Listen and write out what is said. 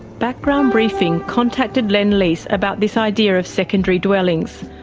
background briefing contacted lend lease about this idea of secondary dwellings.